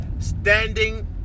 Standing